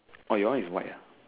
oh your one is white ah